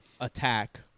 attack